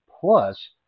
Plus